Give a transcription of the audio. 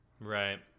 Right